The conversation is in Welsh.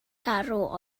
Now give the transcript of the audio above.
garw